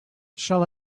shall